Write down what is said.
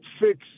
fix